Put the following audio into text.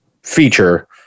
feature